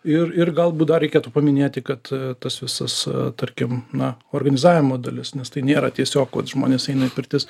ir ir galbūt dar reikėtų paminėti kad tas visas tarkim na organizavimo dalis nes tai nėra tiesiog vat žmonės eina į pirtis